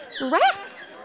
rats